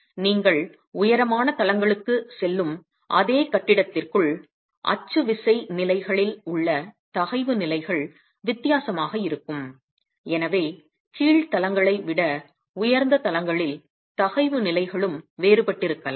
நீங்கள் உயரமான தளங்களுக்குச் செல்லும் அதே கட்டிடத்திற்குள் அச்சு விசை நிலைகளில் உள்ள தகைவு நிலைகள் வித்தியாசமாக இருக்கும் எனவே கீழ் தளங்களை விட உயர்ந்த தளங்களில் தகைவு நிலைகளும் வேறுபட்டிருக்கலாம்